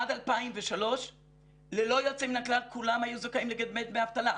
עד 2003 ללא יוצא מן הכלל כולם היו זכאים לקבל דמי אבטלה.